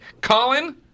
Colin